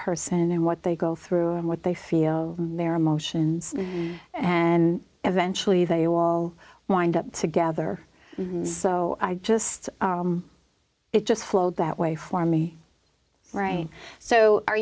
person and what they go through and what they feel their emotions and eventually they will wind up together so i just it just flowed that way for me right so are